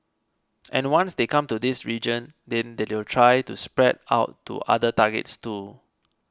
and once they come to this region then they will try to spread out to other targets too